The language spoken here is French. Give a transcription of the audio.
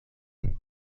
âge